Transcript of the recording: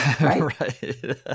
Right